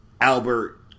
Albert